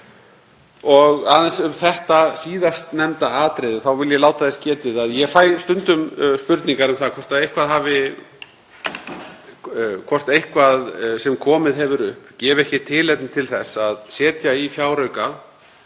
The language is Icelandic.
Aðeins um síðastnefnda atriðið, þá vil ég láta þess getið að ég fæ stundum spurningar um það hvort eitthvað sem komið hefur upp gefi ekki tilefni til þess að setja í fjárauka